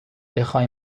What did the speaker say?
بخوای